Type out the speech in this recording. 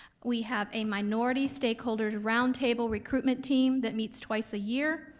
we have a minority stakeholders' roundtable recruitment team that meets twice a year,